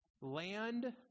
land